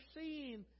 seen